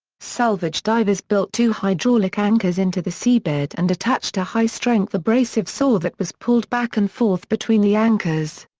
salvage divers built two hydraulic anchors into the seabed and attached a high-strength abrasive saw that was pulled back and forth between the anchors.